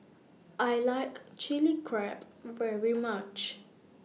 I like Chilli Crab very much